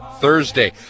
Thursday